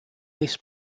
this